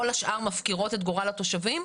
כל השאר מפקירות את גורל התושבים?